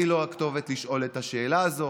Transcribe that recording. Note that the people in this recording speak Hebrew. אני לא הכתובת לשאול את השאלה הזאת,